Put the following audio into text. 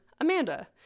Amanda